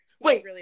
Wait